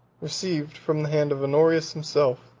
received, from the hand of honorius himself,